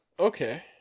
Okay